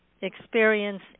experience